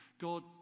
God